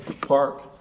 Park